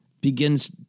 begins